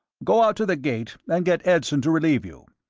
go out to the gate and get edson to relieve you.